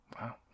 wow